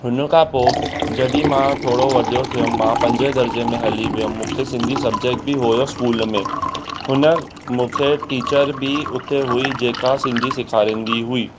हुन खां पोइ जॾहिं मां थोरो वॾो थियुमि मां पंज दर्जे में हली वियुमि मूंखे सिंधी सबजेक्ट बि हुयो स्कूल में हुन मूंखे टीचर बि उते हुई जेका सिंधी सेखारींदी हुई